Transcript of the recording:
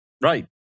Right